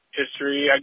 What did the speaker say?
history